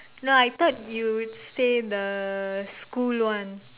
no I thought you would say the school one